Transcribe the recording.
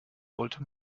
wollte